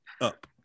Up